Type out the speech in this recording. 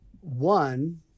one